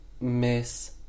Miss